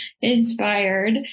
inspired